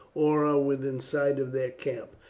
or are within sight of their camp,